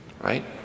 right